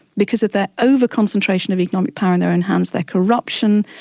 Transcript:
because of their over-concentration of economic power in their own hands, their corruption,